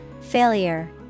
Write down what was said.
Failure